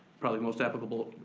probably the most applicable.